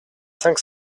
cinq